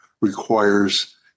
requires